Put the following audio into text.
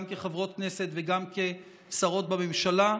גם כחברות כנסת וגם כשרות בממשלה.